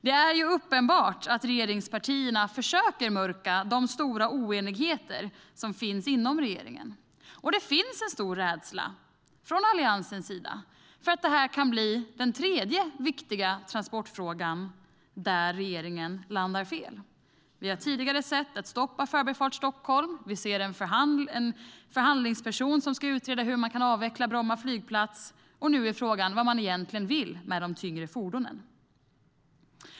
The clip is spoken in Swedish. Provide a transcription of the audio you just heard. Det är uppenbart att regeringspartierna försöker mörka de stora oenigheter som finns inom regeringen. Det finns en stor rädsla från Alliansens sida att detta kan bli den tredje viktiga transportfrågan där regeringen landar fel. Vi har tidigare sett det när det gällt att stoppa Förbifart Stockholm. Vi ser att en förhandlingsperson ska utreda hur man kan avveckla Bromma flygplats. Nu är frågan vad man egentligen vill med de tyngre fordonen.